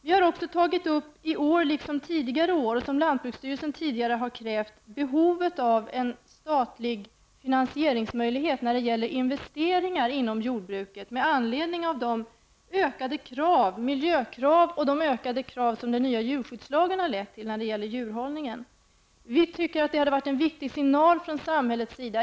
Vi har i år liksom tidigare år tagit upp något som lantbruksstyrelsen tidigare krävt, nämligen behovet av en statlig finansieringsmöjlighet när det gäller investeringar inom jordbruket med anledning av ökade miljökrav och de ökade krav som djurskyddslagen har lett till när det gäller djurhållningen. Det hade varit en viktig signal från samhällets sida.